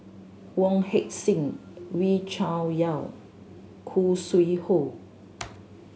Wong Heck Sing Wee Cho Yaw Khoo Sui Hoe